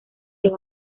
los